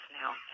now